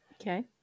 okay